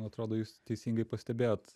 man atrodo jūs teisingai pastebėjot